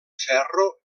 ferro